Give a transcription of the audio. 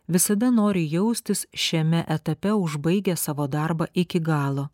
visada nori jaustis šiame etape užbaigę savo darbą iki galo